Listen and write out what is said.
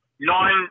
nine